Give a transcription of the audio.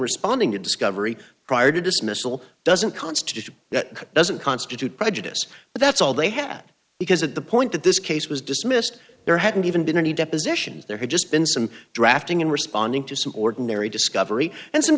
responding to discovery prior to dismissal doesn't constitute that doesn't constitute prejudice but that's all they had because at the point that this case was dismissed there hadn't even been any depositions there had just been some drafting in responding to some ordinary discovery and some